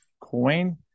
coin